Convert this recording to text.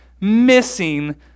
missing